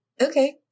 Okay